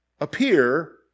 appear